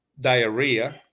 diarrhea